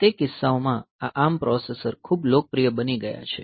તે કિસ્સાઓમાં આ ARM પ્રોસેસર ખૂબ લોકપ્રિય બની ગયા છે